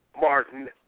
Martin